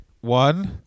One